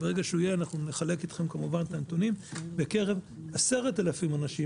ברגע שייצא נחלק כמובן את הנתונים בקרב 10,000 אנשים,